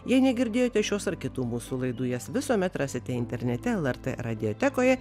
jei negirdėjote šios ar kitų mūsų laidų jas visuomet rasite internete lrt radijotekoje